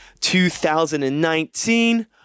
2019